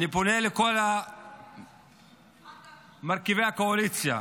אני פונה לכל מרכיבי הקואליציה,